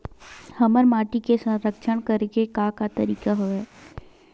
हमर माटी के संरक्षण करेके का का तरीका हवय?